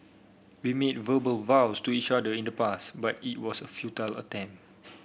we made verbal vows to each other in the past but it was a futile attempt